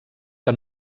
que